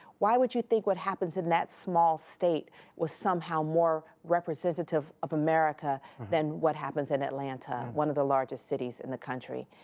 why would you think what happens in that small state was somehow more representative of america than what happens in atlanta, one of the largest cities in the country?